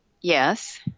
Yes